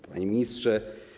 Panie Ministrze!